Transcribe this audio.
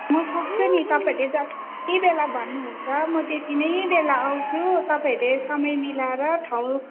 म सोच्थेँ नि तपाईँहरूले जत्ति बेला भन्नुहुन्छ म त्यति नै बेला आउँछु तपाईँहरूले समय मिलाएर ठाउँ